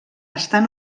estan